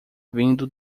vindo